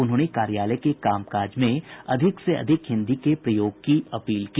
उन्होंने कार्यालय के कामकाज में अधिक से अधिक हिन्दी के प्रयोग की अपील की